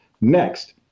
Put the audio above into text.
Next